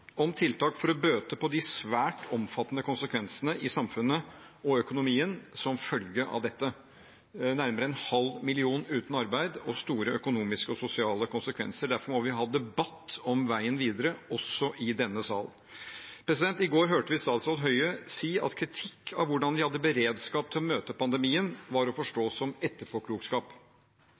om tiltak for å bøte på de svært omfattende konsekvensene for samfunnet og økonomien som følge av dette – nærmere en halv million uten arbeid og store økonomiske og sosiale konsekvenser. Derfor må vi ha debatt om veien videre, også i denne sal. I går hørte vi statsråd Høie si at kritikk av hvordan vi hadde beredskap til å møte pandemien, var å forstå som etterpåklokskap.